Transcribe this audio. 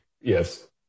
Yes